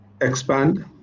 expand